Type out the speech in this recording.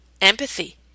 empathy